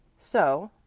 so,